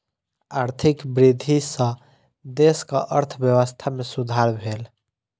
आर्थिक वृद्धि सॅ देशक अर्थव्यवस्था में सुधार भेल